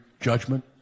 judgment